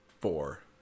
four